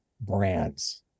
brands